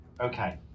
Okay